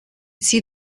see